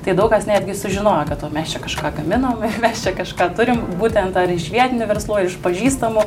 tai daug kas netgi sužinojo kad va mes čia kažką gaminam mes čia kažką turim būtent ar iš vietinių verslų ar iš pažįstamų